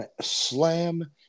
slam